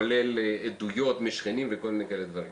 כולל עדויות משכנים וכל מיני כאלה דברים.